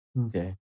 Okay